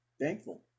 thankful